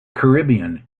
caribbean